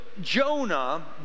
Jonah